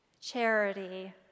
Charity